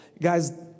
Guys